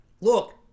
look